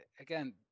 again